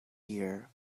year